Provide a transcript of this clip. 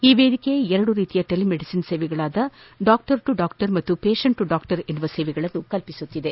ಈ ವೇದಿಕೆ ಎರಡು ರೀತಿಯ ಟೆಲಿ ಮೆಡಿಸಿನ್ ಸೇವೆಗಳಾದ ಡಾಕ್ಟರ್ ಟು ಡಾಕ್ಟರ್ ಹಾಗೂ ಪೇಷಂಟ್ ಟು ಡಾಕ್ಲರ್ ಎಂಬ ಸೇವೆಗಳನ್ನು ಕಲ್ಲಿಸುತ್ತಿದೆ